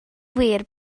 wir